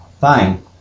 Fine